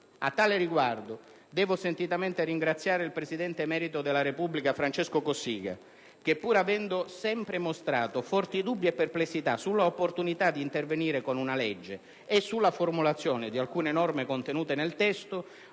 A tale riguardo, devo sentitamente ringraziare il Presidente emerito della Repubblica Francesco Cossiga che, pur avendo sempre mostrato forti dubbi e perplessità sull'opportunità di intervenire con una legge e sulla formulazione di alcune norme contenute nel testo,